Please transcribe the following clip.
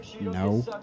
No